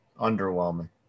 underwhelming